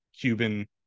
Cuban